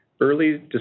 early